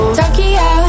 tokyo